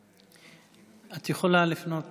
את יכולה להפנות